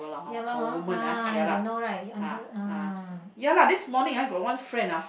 you know hor ah you know right you under ah